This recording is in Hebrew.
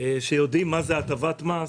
שיודעים מה זה הטבת מס,